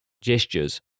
gestures